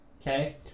okay